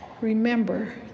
Remember